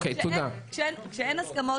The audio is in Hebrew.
כשאין הסכמות,